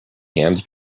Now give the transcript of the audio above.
hands